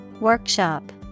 Workshop